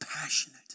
passionate